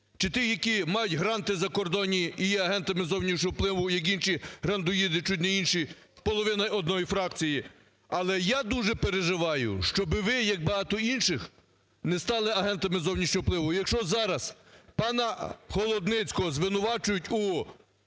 чи ті, які мають гранти закордонні і є агентами зовнішнього впливу, як інші грантоїди, чуть не інші половина однієї фракції. Але я дуже переживаю, щоб ви, як багато інших, не стали агентами зовнішнього впливу. Якщо зараз пана Холодницького звинувачують у